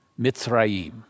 Mitzrayim